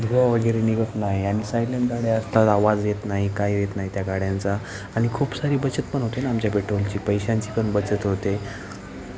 धुवावगैरे निघत नाही आणि सायलेंट गाड्या असतात आवाज येत नाही काय येत नाही त्या गाड्यांचा आणि खूप सारी बचतपण होते ना आमच्या पेट्रोलची पैशांचीपण बचत होते